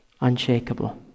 unshakable